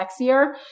sexier